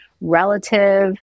relative